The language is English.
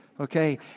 Okay